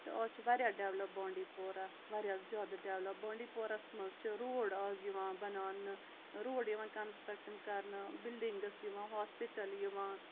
تہٕ آز چھِ واریاہ ڈٮ۪ولَپ بانٛڈی پورہ واریاہ زیادٕ ڈٮ۪ولَپ بانٛڈی پورہَس منٛز چھِ روڈ آز یِوان بَناونہٕ روڈ یِوان کَنسٹرٛکشَن کَرنہٕ بِلڈِنٛگٕس یِوان ہاسپِٹَل یِوان